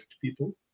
people